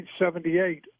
1978